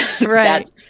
Right